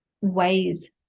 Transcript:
ways